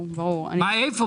איפה?